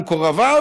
למקורביו,